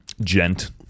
Gent